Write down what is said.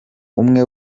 umwe